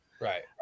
Right